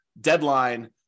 deadline